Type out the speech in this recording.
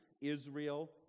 Israel